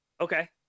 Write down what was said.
Okay